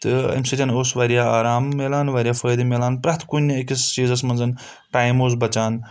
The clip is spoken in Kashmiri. تہٕ امہِ سۭتۍ اوس واریاہ آرام مِلان واریاہ فٲیدٕ مِلَان پرٛؠتھ کُنہِ أکِس چیٖزَس منٛز ٹایِم اوس بَچان